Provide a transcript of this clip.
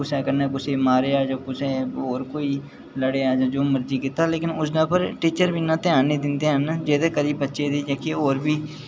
कुसै कन्नै कुसै गी मारेआ जां होर कोई लड़ेआ जां होर किश कीता उसदे उप्पर टीचर बी इन्ना ध्यान निं दिंदे हैन जेह्दे करी बच्चे दी जेह्की होर बी